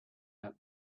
out